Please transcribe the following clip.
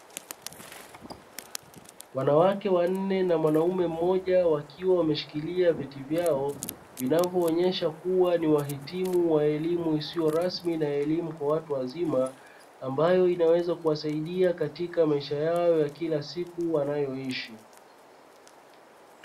Wanawake wanne na mwanaume mmoja wakiwa wameshikilia vyeti vyao, vinavyoonyesha kuwa ni wahitimu wa elimu isiyo rasmi na elimu kwa watu wazima, ambayo inaweza kuwasaidia katika maisha yao ya kila siku wanayoishi.